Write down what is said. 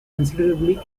considerably